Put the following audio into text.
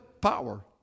power